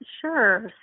Sure